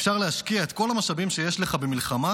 אפשר להשקיע את כל המשאבים שיש לך במלחמה